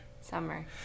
Summer